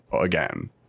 again